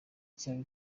cyaba